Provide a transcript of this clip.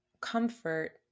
comfort